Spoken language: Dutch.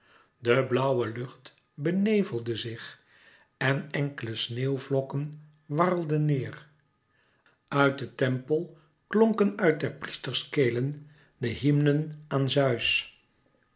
de blauwe lucht benevelde zich en enkele sneeuwvlokken warrelden neer uit den tempel klonken uit der priesters kelen de hymnen aan zeus